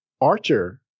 Archer